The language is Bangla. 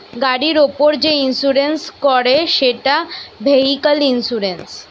গাড়ির উপর যে ইন্সুরেন্স করে সেটা ভেহিক্যাল ইন্সুরেন্স